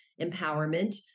empowerment